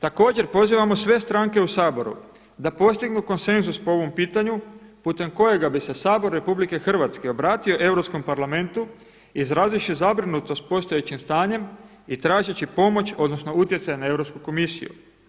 Također pozivamo sve stranke u Saboru da postignu konsenzus po ovom pitanju putem kojega bi se Sabor RH obratio Europskom parlamentu izrazivši zabrinutost postojećim stanjem i tražeći pomoć odnosno utjecaj na Europsku komisiju.